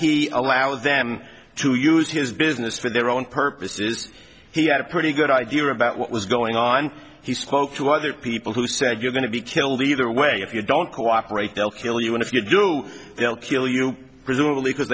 he allowed them to use his business for their own purposes he had a pretty good idea about what was going on he spoke to other people who said you're going to be killed either way if you don't cooperate they'll kill you and if you do they'll kill you presumably because